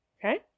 Okay